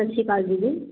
ਸਤਿ ਸ਼੍ਰੀ ਅਕਾਲ ਦੀਦੀ